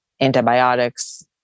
antibiotics